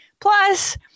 Plus